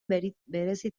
berezitasun